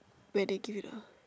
where they give you a